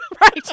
Right